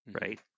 Right